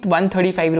₹135